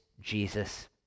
Jesus